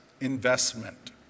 investment